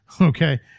Okay